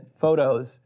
photos